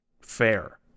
fair